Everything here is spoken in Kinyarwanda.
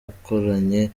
akoranye